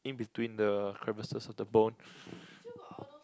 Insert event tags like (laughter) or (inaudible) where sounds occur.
in between the crevices of the bone (breath)